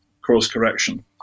cross-correction